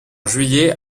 juillet